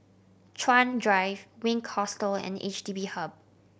Chuan Drive Wink Hostel and H D B Hub